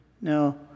Now